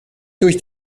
durch